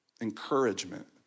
Encouragement